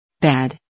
bad